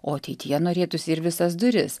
o ateityje norėtųsi ir visas duris